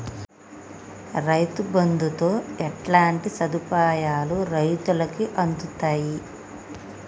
రైతు బంధుతో ఎట్లాంటి సదుపాయాలు రైతులకి అందుతయి?